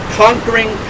conquering